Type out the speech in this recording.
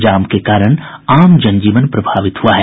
जाम के कारण आम जनजीवन प्रभावित हुआ है